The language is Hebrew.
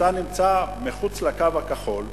אתה נמצא מחוץ לקו הכחול,